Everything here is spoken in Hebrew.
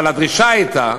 אבל הדרישה הייתה,